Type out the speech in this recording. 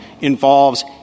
involves